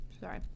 sorry